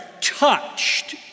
touched